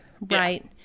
right